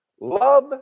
love